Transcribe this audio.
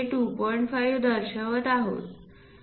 5 दर्शवित आहोत